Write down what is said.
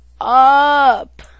Up